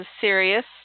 serious